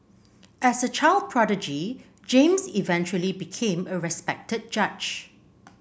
as a child prodigy James eventually became a respected judge